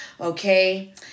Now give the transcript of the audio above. Okay